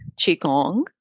qigong